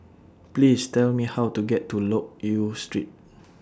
Please Tell Me How to get to Loke Yew Street